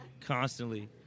constantly